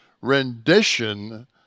rendition